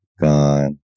gone